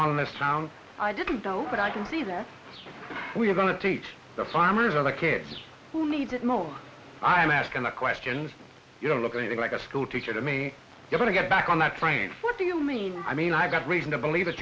on in this town i didn't know but i can see that we're going to teach the farmers and the kids who need to know i'm asking the questions you don't look anything like a schoolteacher to me you want to get back on that train what do you mean i mean i've got reason to believe that